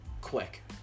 Quick